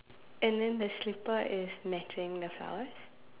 and then the slipper is matching the flowers